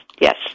Yes